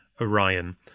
Orion